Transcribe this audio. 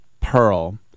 pearl